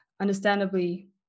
understandably